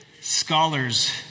Scholars